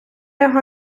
його